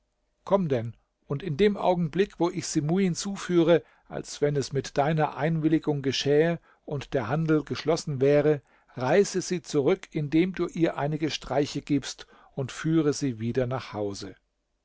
komm denn und in dem augenblick wo ich sie muin zuführe als wenn es mit deiner einwilligung geschähe und der handel geschlossen wäre reiße sie zurück indem du ihr einige streiche gibst und führe sie wieder nach hause